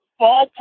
ballpark